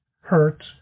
hurt